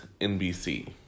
NBC